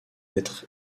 être